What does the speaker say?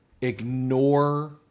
Ignore